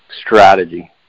strategy